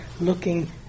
looking